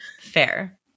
Fair